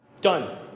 Done